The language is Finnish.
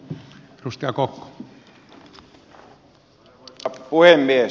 arvoisa puhemies